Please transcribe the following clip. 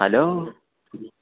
hello